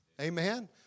Amen